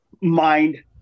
mind